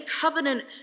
covenant